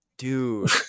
Dude